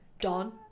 Don